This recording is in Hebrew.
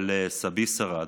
אבל סבי שרד,